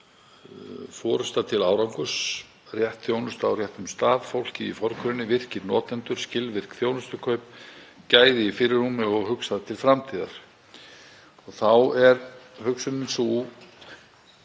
Forysta til árangurs, Rétt þjónusta á réttum stað, Fólkið í forgrunni, Virkir notendur, Skilvirk þjónustukaup, Gæði í fyrirrúmi og Hugsað til framtíðar. Þá er hugsunin sú,